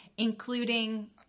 including